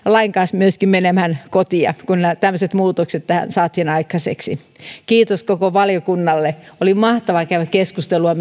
lain kanssa myöskin menemään kotiin kun tämmöiset muutokset tähän saatiin aikaiseksi kiitos koko valiokunnalle oli mahtavaa käydä sitä keskustelua